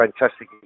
fantastic